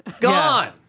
gone